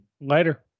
Later